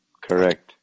Correct